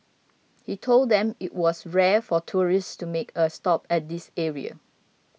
he told them it was rare for tourists to make a stop at this area